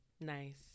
nice